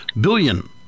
billion